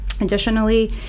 Additionally